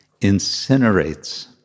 incinerates